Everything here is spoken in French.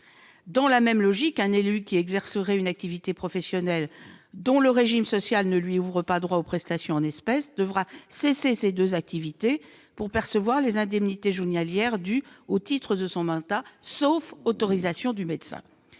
Dans la même logique, un élu qui exercerait une activité professionnelle dont le régime social ne lui ouvre pas droit aux prestations en espèces devra cesser ces deux activités pour percevoir les indemnités journalières dues au titre de son mandat, sauf autorisation du médecin.